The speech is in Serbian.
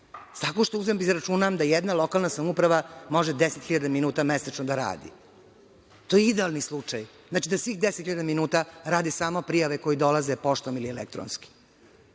Tako što uzmem da izračunam da jedna lokalna samouprava može 10.000 minuta mesečno da radi. To je idealni slučaj, znači da svih 10.000 minuta rade samo prijave koje dolaze poštom ili elektronski.